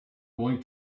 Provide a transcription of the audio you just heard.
going